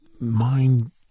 mind